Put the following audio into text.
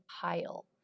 pile